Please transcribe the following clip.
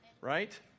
right